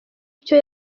icyo